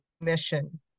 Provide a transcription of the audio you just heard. mission